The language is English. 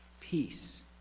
peace